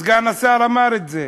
סגן השר אמר את זה.